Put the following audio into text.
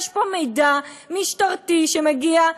יש פה מידע משטרתי שמגיע,